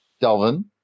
Delvin